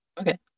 Okay